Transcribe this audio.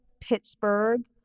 Pittsburgh